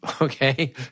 Okay